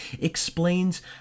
explains